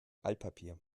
altpapier